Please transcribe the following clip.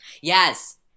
yes